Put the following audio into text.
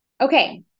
Okay